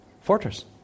Fortress